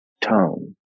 tone